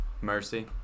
mercy